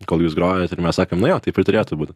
kol jūs grojot ir mes sakom nu jo taip ir turėtų būt